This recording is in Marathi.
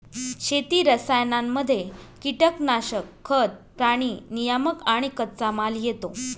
शेती रसायनांमध्ये कीटनाशक, खतं, प्राणी नियामक आणि कच्चामाल येतो